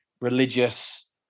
religious